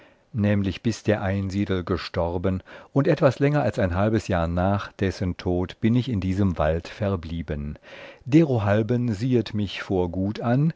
nämlich bis der einsiedel gestorben und etwas länger als ein halbes jahr nach dessen tod bin ich in diesem wald verblieben derohalben siehet mich vor gut an